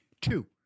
Two